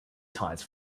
times